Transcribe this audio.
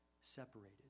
Separated